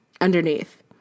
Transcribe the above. underneath